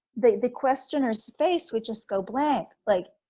the the questioners face would just go blank, like,